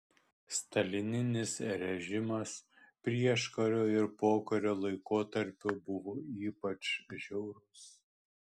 stalininis režimas prieškario ir pokario laikotarpiu buvo ypač žiaurus